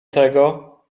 tego